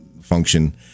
function –